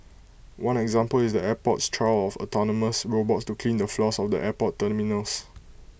one example is the airport's trial of autonomous robots to clean the floors of the airport terminals